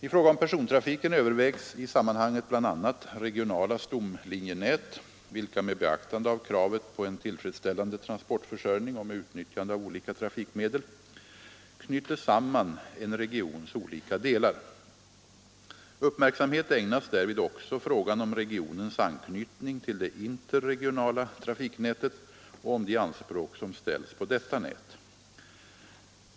I fråga om persontrafiken övervägs i sammanhanget bl.a. regionala stomlinjenät, vilka — med beaktande av kravet på en tillfredsställande transportförsörjning och med utnyttjande av olika trafikmedel — knyter samman en regions olika delar. Uppmärksamhet ägnas därvid också frågan om regionens anknytning till det interregionala trafiknätet och om de anspråk som ställs på detta nät.